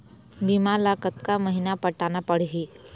बीमा ला कतका महीना पटाना पड़ही?